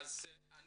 אני